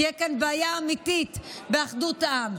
תהיה כאן בעיה אמיתית באחדות העם.